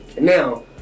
Now